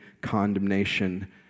condemnation